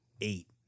eight